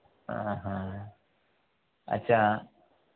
అచ్చ